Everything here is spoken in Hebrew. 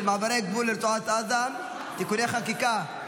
מעברי גבול לרצועת עזה (תיקוני חקיקה)